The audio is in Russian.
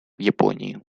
японии